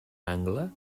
angle